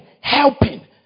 helping